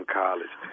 college